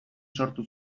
sortu